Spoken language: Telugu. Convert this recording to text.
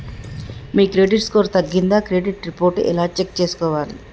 మీ క్రెడిట్ స్కోర్ తగ్గిందా క్రెడిట్ రిపోర్ట్ ఎలా చెక్ చేసుకోవాలి?